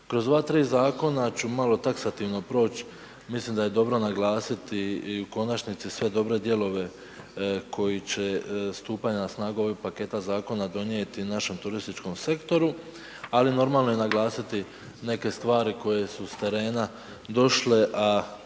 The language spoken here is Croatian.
Kroz ova tri zakona ću malo taksativno proć, mislim da je dobro naglasiti i u konačnici sve dobre dijelove koji će stupanjem na snagu ovih paketa zakona donijeti našem turističkom sektoru ali normalno je naglasiti neke stvari koje su s terena došle a